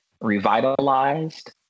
revitalized